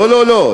לא, לא.